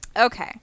Okay